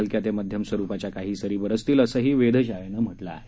हलक्या ते मध्यम स्वरूपाच्या काही सरी पडतील असंही वेधशाळेनं म्हटलं आहे